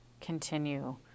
continue